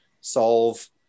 solve